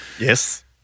Yes